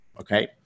Okay